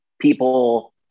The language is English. people